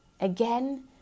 Again